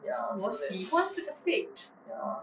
ya so that's ya